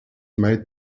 made